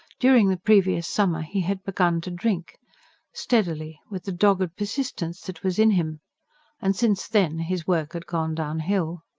during the previous summer he had begun to drink steadily, with the dogged persistence that was in him and since then his work had gone downhill.